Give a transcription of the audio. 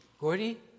Gordy